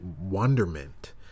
wonderment